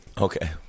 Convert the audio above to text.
Okay